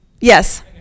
Yes